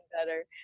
better